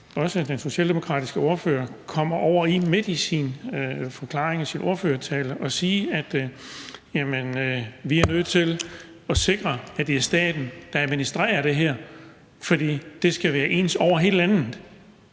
at den socialdemokratiske ordfører midt i sin ordførertale siger, at man er nødt til at sikre, at det er staten, der administrerer det her, fordi det skal være ens over hele landet.